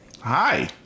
Hi